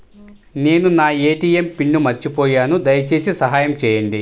నేను నా ATM pin మర్చిపోయాను దయచేసి సహాయం చేయండి